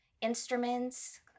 instruments